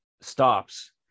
stops